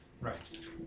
Right